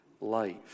life